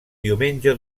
diumenge